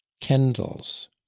kendall's